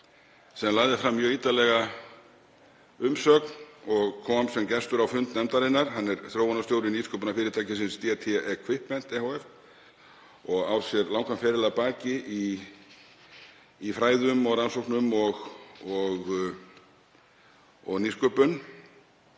sem lagði fram mjög ítarlega umsögn og kom sem gestur á fund nefndarinnar. Hann er þróunarstjóri nýsköpunarfyrirtækisins DT Equipment ehf. og á sér langan feril að baki í fræðum og rannsóknum og nýsköpun.